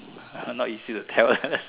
uh not easy to tell eh